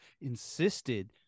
insisted